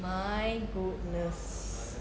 my goodness